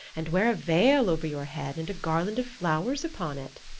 and wear a veil over your head and a garland of flowers upon it.